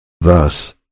thus